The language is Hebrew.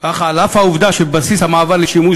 אך על אף העובדה שבבסיס המעבר לשימוש